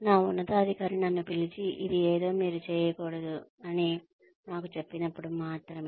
నా ఉన్నతాధికారి నన్ను పిలిచి ఇది ఏదో మీరు చేయకూడదు అని నాకు చెప్పినప్పుడు మాత్రమే